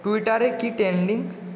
টুইটারে কী ট্রেন্ডিং